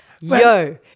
Yo